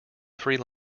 three